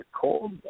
cold